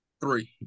Three